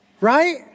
right